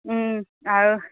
আৰু